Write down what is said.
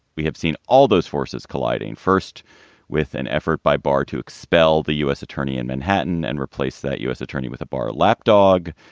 we have seen all those forces colliding first with an effort by barr to expel the u s. attorney in manhattan and replace that u s. attorney with a bar lapdog.